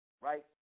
right